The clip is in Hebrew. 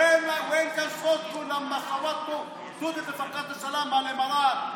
איפה היה הקול שלכם כשהצבעתם נגד הסכמי השלום עם האמירויות,